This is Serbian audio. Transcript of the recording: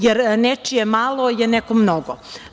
Jer, nečije malo je nekome mnogo.